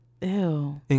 Ew